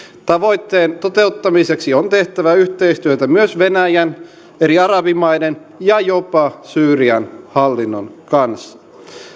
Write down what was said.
tavoitteen toteuttamiseksi on tehtävä yhteistyötä myös venäjän eri arabimaiden ja jopa syyrian hallinnon kanssa